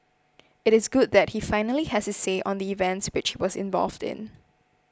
it is good that he finally has his say on the events which he was involved in